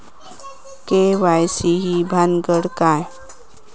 KYC ही भानगड काय?